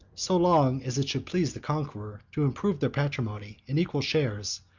so long as it should please the conqueror, to improve their patrimony, in equal shares,